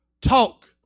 talk